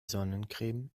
sonnencreme